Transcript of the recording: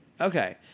Okay